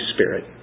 Spirit